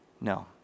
no